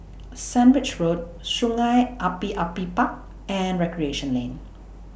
Sandwich Road Sungei Api Api Park and Recreation Lane